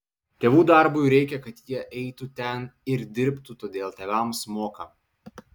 tėvų darbui reikia kad jie eitų ten ir dirbtų todėl tėvams moka